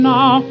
Now